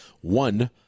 One